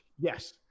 Yes